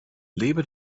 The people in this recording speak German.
lebe